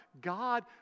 God